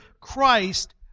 Christ